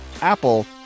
Apple